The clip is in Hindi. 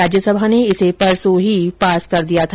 राज्यसभा ने इसे परसो ही पास कर दिया था